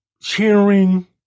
Cheering